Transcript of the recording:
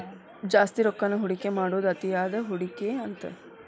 ಜಾಸ್ತಿ ರೊಕ್ಕಾನ ಹೂಡಿಕೆ ಮಾಡೋದ್ ಅತಿಯಾದ ಹೂಡಿಕೆ ಅಂತ